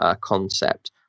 concept